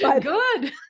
Good